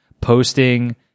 posting